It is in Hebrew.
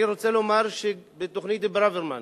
אני רוצה לומר שבתוכנית ברוורמן